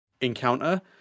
encounter